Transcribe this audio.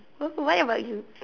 wh~ what about you